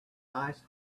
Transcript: ice